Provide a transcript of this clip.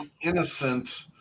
innocent